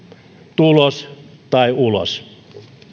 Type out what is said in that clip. tulos tai ulos